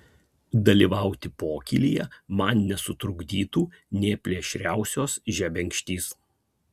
dalyvauti pokylyje man nesutrukdytų nė plėšriausios žebenkštys